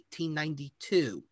1892